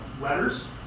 letters